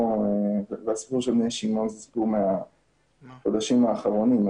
והסיפור של בני שמעון זה סיפור מהחודשים האחרונים.